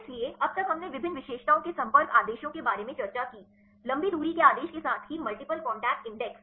इसलिए अब तक हमने विभिन्न विशेषताओं के संपर्क आदेशों के बारे में चर्चा की लंबी दूरी के आदेश के साथ ही मल्टीपल कॉन्टैक्ट इंडेक्स